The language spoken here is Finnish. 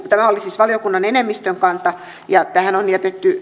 tämä oli siis valiokunnan enemmistön kanta tähän on jätetty